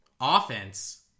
Offense